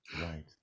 right